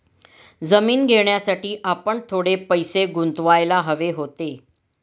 जमीन घेण्यासाठी आपण थोडे पैसे गुंतवायला हवे होते